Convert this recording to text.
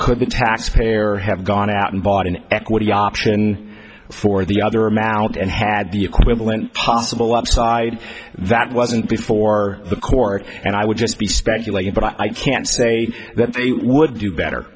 could the taxpayer have gone out and bought an equity option for the other amount and had the equivalent possible upside that wasn't before the court and i would just be speculating but i can't say that they would do better